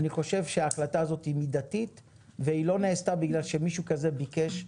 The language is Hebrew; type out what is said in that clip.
אני חושב שההחלטה הזאת היא מידתית והיא לא נעשתה בגלל שמישהו כזה ביקש,